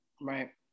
Right